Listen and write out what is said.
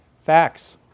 Facts